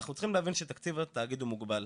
אנחנו צריכים להבין שתקציב התאגיד הוא מוגבל,